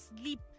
sleep